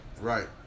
Right